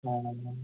ਹਾਂ